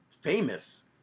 famous